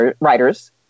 writers